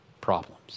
problems